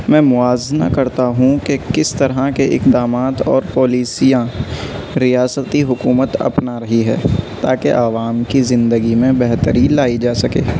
میں موازنہ کرتا ہوں کہ کس طرح کے اقدامات اور پالیسیاں ریاستی حکومت اپنا رہی ہے تاکہ عوام کی زندگی میں بہتری لائی جا سکے